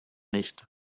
nicht